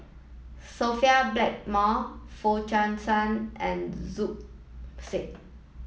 Sophia Blackmore Foo Chee San and Zubir Said